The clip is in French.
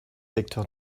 secteur